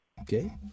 Okay